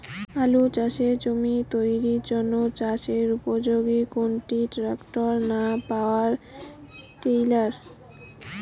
আলু চাষের জমি তৈরির জন্য চাষের উপযোগী কোনটি ট্রাক্টর না পাওয়ার টিলার?